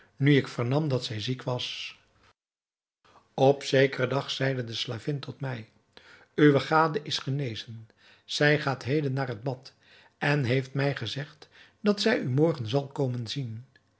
nu ik vernam dat zij ziek was op zekeren dag zeide de slavin tot mij uwe gade is genezen zij gaat heden naar het bad en heeft mij gezegd dat zij u morgen zal komen zien